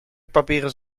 papieren